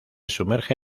sumerge